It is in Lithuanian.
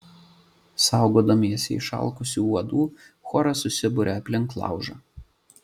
saugodamiesi išalkusių uodų choras susiburia aplink laužą